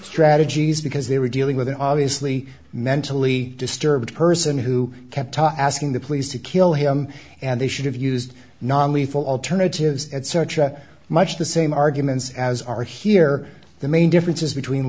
strategies because they were dealing with an obviously mentally disturbed person who kept asking the police to kill him and they should have used non lethal alternatives etc much the same arguments as are here the main differences between